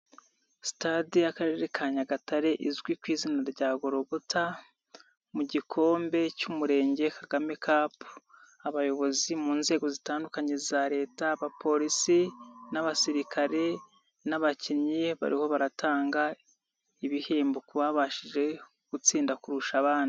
Sitade y'Akarere ka Nyagatare izwi ku izina rya Gologota mu gikombe cy'Umurenge Kagame Cup, abayobozi mu nzego zitandukanye za Leta, abapolisi n'abasirikare n'abakinnyi, bariho baratanga ibihembo ku babashije gutsinda kurusha abandi.